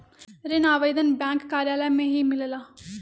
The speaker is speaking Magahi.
ऋण आवेदन बैंक कार्यालय मे ही मिलेला?